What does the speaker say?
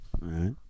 right